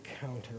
counter